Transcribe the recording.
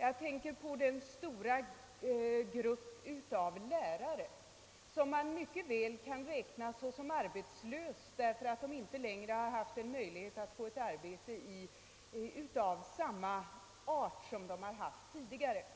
Jag tänker på den stora grupp av lärare som man mycket väl kan räkna såsom arbetslös, därför att dessa lärare inte längre har haft möjlighet att få arbete av samma art som de tidigare har haft.